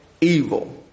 evil